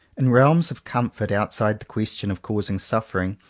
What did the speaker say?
in realms of comfort outside the question of causing suffering,